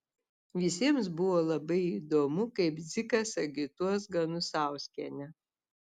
visiems buvo labai įdomu kaip dzikas agituos ganusauskienę